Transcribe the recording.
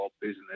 business